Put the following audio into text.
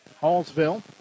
Hallsville